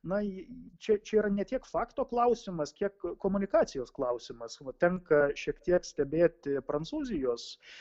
na ji čia čia yra ne tiek fakto klausimas kiek komunikacijos klausimas va tenka šiek tiek stebėti prancūzijos